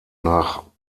nach